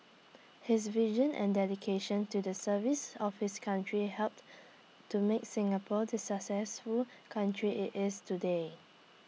his vision and dedication to the service of his country helped to make Singapore the successful country IT is today